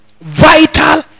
vital